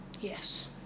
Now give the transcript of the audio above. Yes